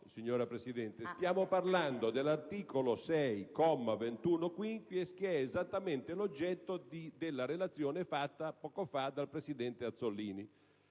signora Presidente. Stiamo parlando dell'articolo 6, comma 21-*quinquies*, che è esattamente l'oggetto della relazione fatta poco fa dal presidente Azzollini.